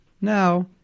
Now